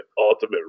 ultimate